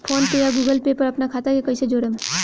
PhonePe या Google Pay पर अपना खाता के कईसे जोड़म?